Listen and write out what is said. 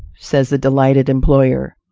says the delighted employer.